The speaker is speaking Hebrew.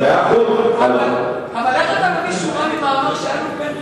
אבל איך אתה מביא שורה ממאמר שאלוף בן,